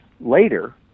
later